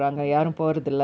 ya